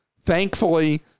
thankfully